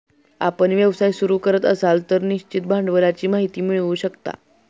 आपण व्यवसाय सुरू करत असाल तर निश्चित भांडवलाची माहिती मिळवू शकता